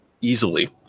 easily